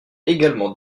également